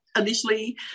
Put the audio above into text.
Initially